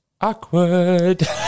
Awkward